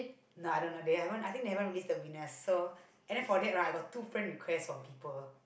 no I don't know they haven't I think they haven't released the winners so and then for that right I got two friend request of people